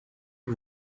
que